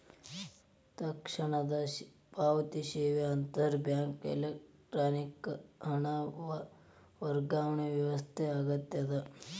ತಕ್ಷಣದ ಪಾವತಿ ಸೇವೆ ಅಂತರ್ ಬ್ಯಾಂಕ್ ಎಲೆಕ್ಟ್ರಾನಿಕ್ ಹಣ ವರ್ಗಾವಣೆ ವ್ಯವಸ್ಥೆ ಆಗ್ಯದ